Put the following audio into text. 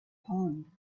pond